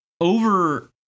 over